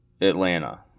Atlanta